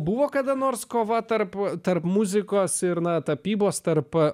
buvo kada nors kova tarpu tarp muzikos ir na tapybos tarpai